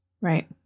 Right